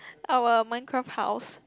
ah well mind craft house